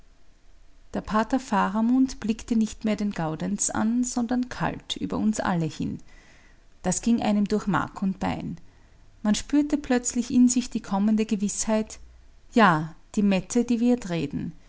der pater faramund blickte nicht mehr den gaudenz an sondern kalt über uns alle hin das ging einem durch mark und bein man spürte plötzlich in sich die kommende gewißheit ja die mette die wird reden